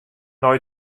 nei